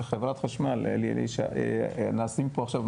אלי אלישע, חברת חשמל.